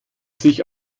sich